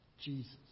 Jesus